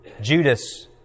Judas